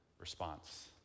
response